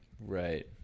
Right